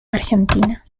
argentina